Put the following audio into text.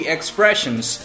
Expressions